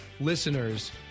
listeners